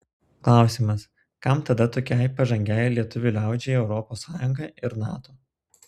klausimas kam tada tokiai pažangiai lietuvių liaudžiai europos sąjunga ir nato